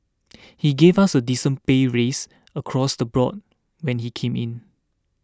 he gave us a decent pay raise across the board when he came in